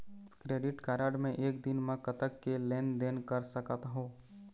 Credit card मे एक दिन म कतक के लेन देन कर सकत हो?